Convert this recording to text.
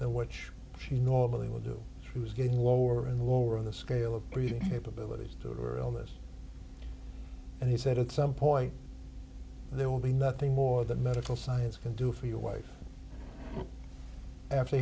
than which she normally would do he was getting lower and lower on the scale of breathing capabilities two or illness and he said at some point there will be nothing more that medical science can do for your wife after